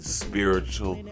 spiritual